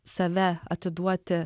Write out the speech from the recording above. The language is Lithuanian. save atiduoti